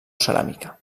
ceràmica